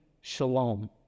shalom